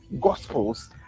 gospels